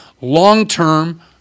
long-term